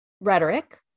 rhetoric